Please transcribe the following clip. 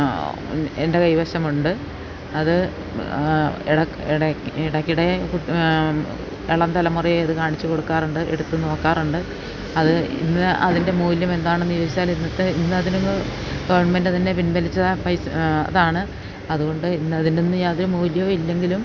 എൻ്റെ കൈവശമുണ്ട് അത് ഇടയ്ക്കിടെ ഇളംതലമുറയെ ഇതു കാണിച്ചുകൊടുക്കാറുണ്ട് എടുത്തു നോക്കാറുണ്ട് അത് ഇന്ന് അതിൻ്റെ മൂല്യം എന്താണെന്നു ചോദിച്ചാൽ ഇന്നത്തെ ഇന്നതിന്ന് ഗവൺമെന്റ് തന്നെ പിൻവലിച്ച പൈസ അതാണ് അതുകൊണ്ട് ഇന്നതിന്നു യാതൊരു മൂല്യവും ഇല്ലെങ്കിലും